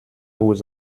vous